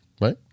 Right